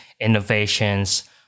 innovations